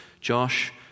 Josh